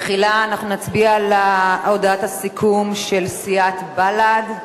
תחילה נצביע על הודעת הסיכום של סיעת בל"ד.